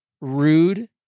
rude